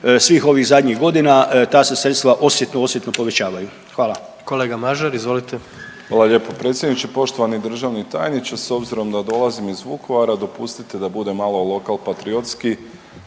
svih ovih zadnjih godina ta se sredstva osjetno, osjetno povećavaju. Hvala. **Jandroković, Gordan (HDZ)** Kolega Mažar izvolite. **Mažar, Nikola (HDZ)** Hvala lijepo predsjedniče. Poštovani državni tajniče, s obzirom da dolazim iz Vukovara dopustite da budem malo lokalpatriotski